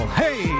hey